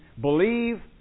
Believe